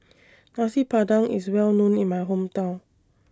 Nasi Padang IS Well known in My Hometown